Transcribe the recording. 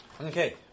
Okay